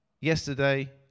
yesterday